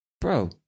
Bro